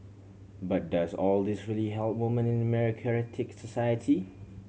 but does all this really help women in a meritocratic society